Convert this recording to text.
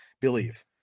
believe